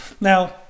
Now